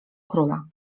króla